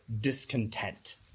discontent